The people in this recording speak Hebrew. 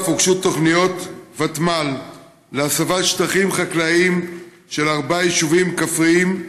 הוגשו תוכניות ותמ"ל להסבת שטחים חקלאיים של ארבעה יישובים כפריים,